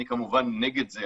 אני כמובן נגד זה,